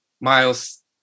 Miles